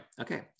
okay